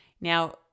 now